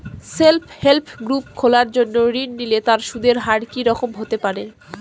Self help group খোলার জন্য ঋণ নিলে তার সুদের হার কি রকম হতে পারে?